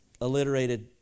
alliterated